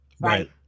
Right